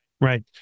Right